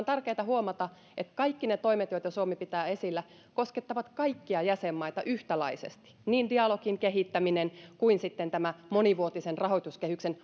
tärkeätä huomata että kaikki ne toimet joita suomi pitää esillä koskettavat kaikkia jäsenmaita yhtäläisesti niin dialogin kehittäminen kuin sitten tämä monivuotisen rahoituskehyksen